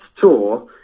tour